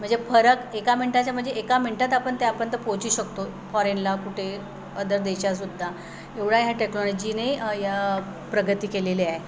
म्हणजे फरक एका मिनटाच्या म्हणजे एका मिनटात आपण त्यापर्यंत पोचू शकतो फॉरेनला कुठे अदर देशात सुद्धा एवढा ह्या टेक्नॉलॉजीने य प्रगती केलेली आहे